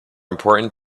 important